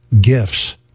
gifts